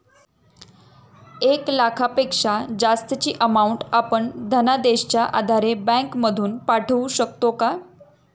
एक लाखापेक्षा जास्तची अमाउंट आपण धनादेशच्या आधारे बँक मधून पाठवू शकतो का?